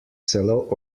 celo